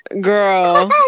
Girl